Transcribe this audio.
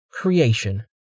Creation